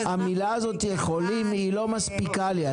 המילה הזאת "יכולים", היא לא מספיקה לי.